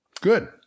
Good